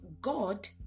God